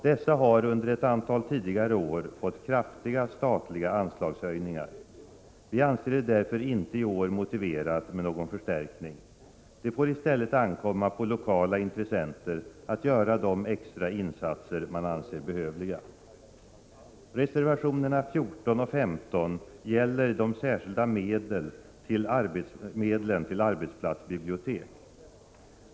Dessa har under ett antal tidigare år fått kraftiga statliga anslagshöjningar. Vi anser det därför inte i år motiverat med någon förstärkning. Det får i stället ankomma på lokala intressenter att göra de extra insatser man anser behövliga. Reservationerna 14 och 15 gäller de särskilda medlen till arbetsplatsbibliotek.